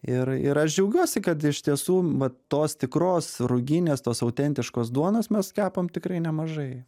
ir ir aš džiaugiuosi kad iš tiesų vat tos tikros ruginės tos autentiškos duonos mes kepam tikrai nemažai